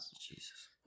Jesus